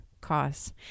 cause